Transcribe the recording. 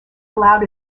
aloud